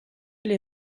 les